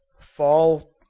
fall